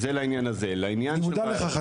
אני מודע לכך,